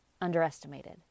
underestimated